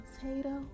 potato